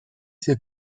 ses